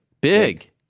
Big